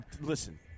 Listen